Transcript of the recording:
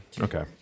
Okay